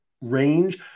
range